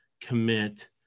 commit